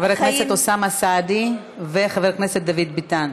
חבר הכנסת אוסאמה סעדי וחבר הכנסת דוד ביטן,